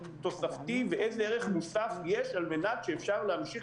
תוספתי ואיזה ערך מוסף יש על מנת שאפשר יהיה להמשיך